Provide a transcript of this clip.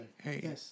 hey